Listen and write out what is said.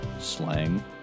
slang